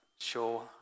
Sure